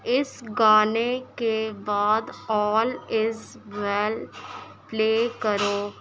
اس گانے کے بعد آل از ویل پلے کرو